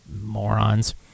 Morons